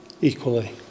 equally